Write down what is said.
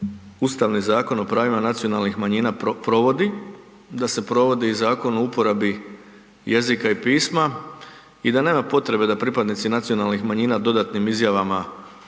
Ustavni Zakon o pravima nacionalnih manjina provodi, da se provodi i Zakon o uporabi jezika i pisma i da nema potrebe da pripadnici nacionalnih manjina dodatnim izjavama